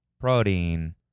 protein